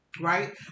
right